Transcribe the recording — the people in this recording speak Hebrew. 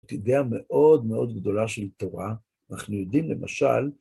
את הידיעה המאוד מאוד גדולה של התורה, ואנחנו יודעים למשל,